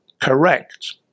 correct